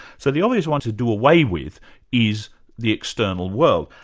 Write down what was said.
so the obvious one to do away with is the external world.